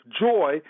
joy